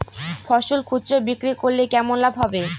ফসল খুচরো বিক্রি করলে কেমন লাভ হবে?